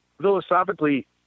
philosophically